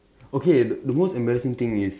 okay the most embarrassing thing is